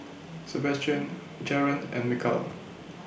Sabastian Jaren and Mikal